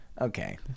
Okay